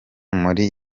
muri